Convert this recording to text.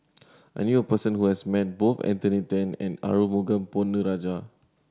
I knew a person who has met both Anthony Then and Arumugam Ponnu Rajah